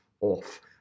off